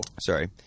sorry